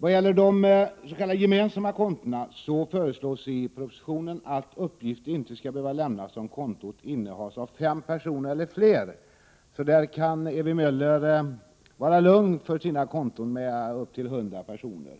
Vad gäller de s.k. gemensamma kontona föreslås i propositionen att uppgift inte behöver lämnas om kontot innehas av fem personer eller fler. Ewy Möller kan vara lugn när det gäller konton som innehas av upp till 100 personer.